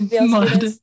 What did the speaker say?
mud